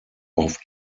auf